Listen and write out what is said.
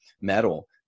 metal